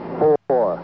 four